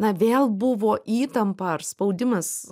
na vėl buvo įtampa ar spaudimas